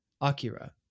akira